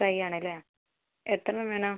fry ആണ് അല്ലേ എത്ര എണ്ണം വേണം